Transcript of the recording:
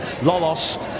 Lolos